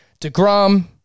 DeGrom